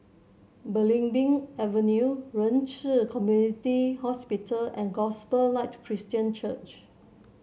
Belimbing Avenue Ren Ci Community Hospital and Gospel Light Christian Church